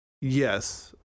yes